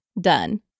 done